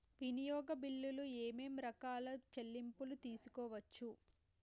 వినియోగ బిల్లులు ఏమేం రకాల చెల్లింపులు తీసుకోవచ్చు?